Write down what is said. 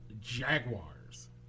Jaguars